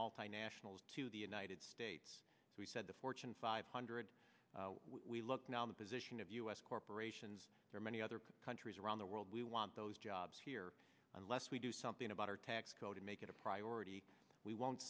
multinationals to the united states as we said the fortune five hundred we look now in the position of u s corporations or many other countries around the world we want those jobs here unless we do something about our tax code to make it a priority we won't